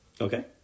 Okay